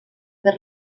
per